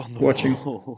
watching